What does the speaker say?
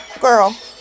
girl